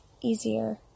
easier